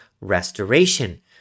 restoration